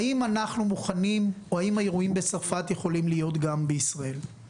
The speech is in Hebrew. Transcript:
האם אנחנו מוכנים או האם האירועים בצרפת יכולים להיות גם בישראל?